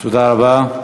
תודה רבה.